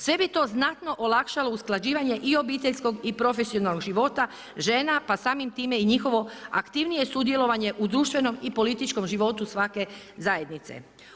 Sve bi to znatno olakšalo usklađivanje i obiteljskog i profesionalnog života, žena pa samim time i njihovo aktivno sudjelovanje u društvenom i političkom životu svake zajednice.